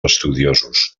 estudiosos